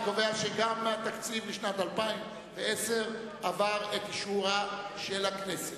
אני קובע שגם התקציב לשנת 2010 עבר את אישורה של הכנסת.